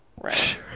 Right